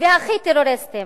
והכי טרוריסטים.